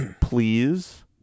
please